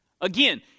Again